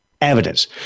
evidence